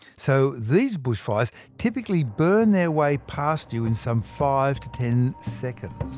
so these bushfires typically burn their way past you in some five to ten seconds.